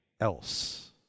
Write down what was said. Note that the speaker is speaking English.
else